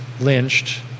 lynched